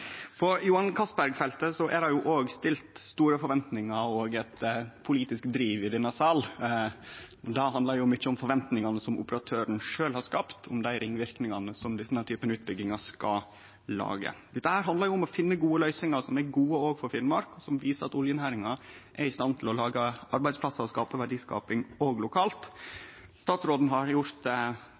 det òg store forventningar og eit politisk driv i denne salen. Det handlar mykje om forventningane som operatøren sjølv har skapt til dei ringverknadene som denne typen utbyggingar skal gje. Dette handlar om å finne løysingar som er gode òg for Finnmark, og som viser at oljenæringa er i stand til å skape arbeidsplassar og verdiskaping òg lokalt. Statsråden har tatt gode grep, som eg opplever at ein er fornøgd med, ut frå dei vedtaka som Stortinget har gjort.